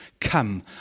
Come